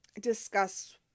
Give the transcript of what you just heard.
discuss